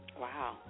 Wow